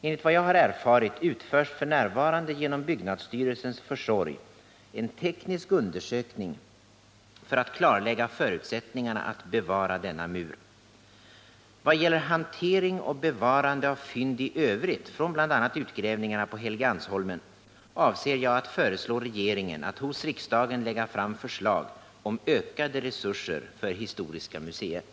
Enligt vad jag har erfarit utförs f. n. genom byggnadsstyrelsens försorg en teknisk undersökning för att klarlägga förutsättningarna för att bevara denna mur. Vad gäller hantering och bevarande av fynd i övrigt från bl.a. utgrävningarna på Helgeandsholmen avser jag att föreslå regeringen att hos riksdagen lägga fram förslag om ökade resurser för historiska museet.